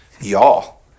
y'all